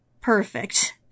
perfect